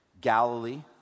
Galilee